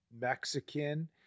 Mexican